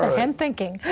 and thinking.